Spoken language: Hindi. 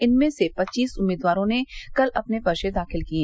इसमें से पच्चीस उम्मीदवारों ने कल अपने पर्चे दाखिल किये